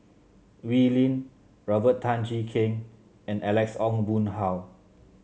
Wee Lin Robert Tan Jee Keng and Alex Ong Boon Hau